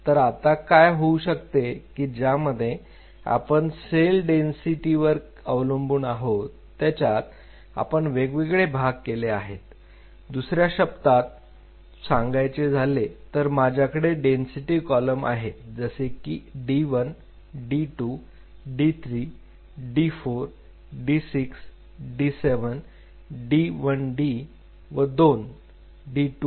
तर आता काय होऊ शकते की ज्यामध्ये आपण सेल डेन्सिट वर अवलंबून आहोत त्याच्यात आपण वेगवेगळे भाग केले आहेत दुसऱ्या शब्दात सांगायचे झाले तर माझ्याकडे डेन्सिटी कॉलम आहेत जसे की d 1 d 2 d 3 d 4 d 5 d 6 d 7 d 1 d 2